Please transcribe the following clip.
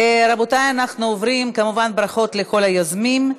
כמובן, ברכות לכל היוזמים.